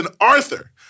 Arthur